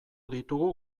ditugu